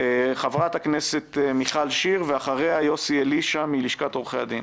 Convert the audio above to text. חברת הכנסת מיכל שיר ואחריה יוסי אלישע מלשכת עורכי הדין.